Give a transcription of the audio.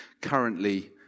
currently